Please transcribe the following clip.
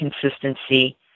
consistency